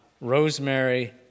rosemary